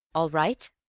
all right?